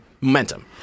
momentum